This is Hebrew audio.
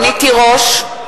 תירוש,